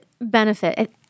benefit